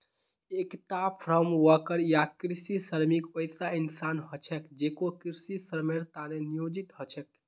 एकता farmworker या कृषि श्रमिक वैसा इंसान ह छेक जेको कृषित श्रमेर त न नियोजित ह छेक